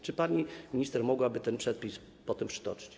Czy pani minister mogłaby ten przepis potem przytoczyć?